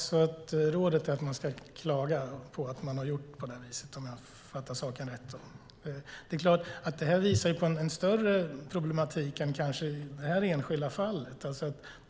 Fru talman! Rådet är alltså att man ska klaga på att apoteket har gjort på det här viset, om jag fattar saken rätt. Det visar kanske på en större problematik än det här enskilda fallet.